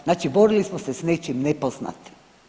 Znači borili smo se s nečim nepoznatim.